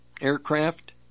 aircraft